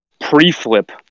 pre-flip